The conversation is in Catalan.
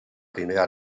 primera